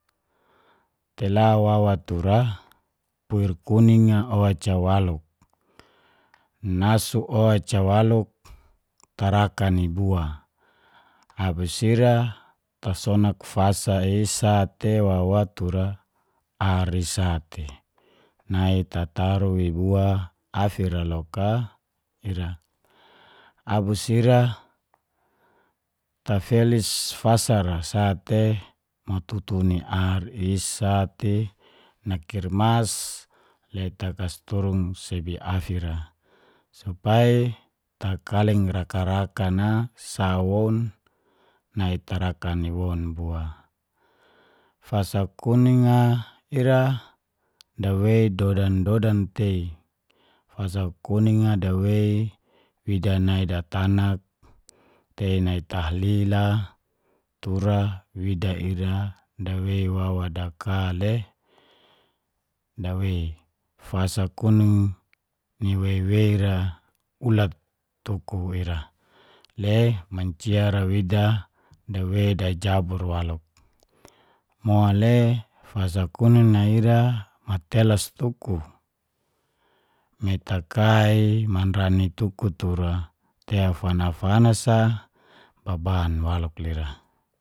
Kela wawa tura puir kuning a oca waluk, nasu oca waluk, karakan i bua abis ira tasonak fasa i sate wawa tura ar i sate nai tataru i bua afira loka ira abus ira tafelis fasara sate matutu ni ar i sate nakirmas le kasturun sebia afi ra. Supai takaling rakan-rakan a sa woun nai tarakan i woun bua. Fasa kuning a ira dawei dodan dodan tei, fasa kuning a dawei wida nai datanak, tei nai tahlil a, tura wida ira dawei wawa daka le dawei fas kunung ni weiwei ra ulat tuku ira. Le mancia ra wida, dawei dajabur waluk, mole fas kunung a ira matelas tuku metakai manrani tuku tura tea fanas-fanas a, baban waluk lira.